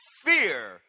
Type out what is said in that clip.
fear